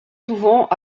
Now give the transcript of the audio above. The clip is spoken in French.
souvent